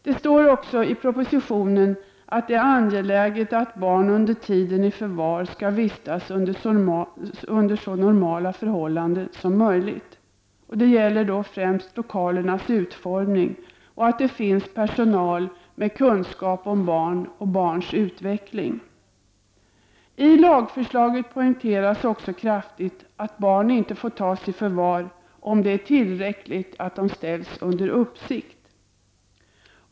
Det står också i propositionen att det är angeläget att barnet under tiden i förvar skall vistas under så normala förhållanden som möjligt. Det gäller då främst lokalernas utformning och att det finns personal med kunskap om barn och barns utveckling. I lagförslaget poängteras också kraftigt att barn inte ed tas i förvar om det är tillräckligt att de ställs under uppsikt.